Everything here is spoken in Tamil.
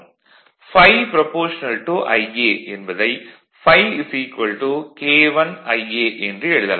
∅ Ia என்பதை ∅ K1Ia என்று எழுதலாம்